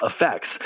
effects